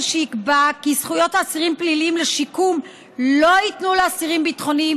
שיקבע כי זכויות אסירים פליליים לשיקום לא יינתנו לאסירים ביטחוניים,